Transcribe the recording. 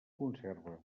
conserva